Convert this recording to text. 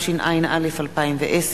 התשע”א 2011,